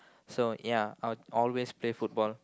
so ya I will always play football